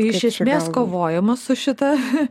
iš esmės kovojama su šita